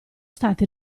stati